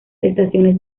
estaciones